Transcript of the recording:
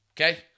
Okay